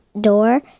door